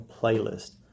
playlist